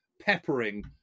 peppering